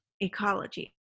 ecology